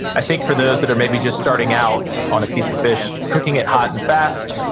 i think for those that are may be just starting out on a piece of fish, it's cooking it hot and fast,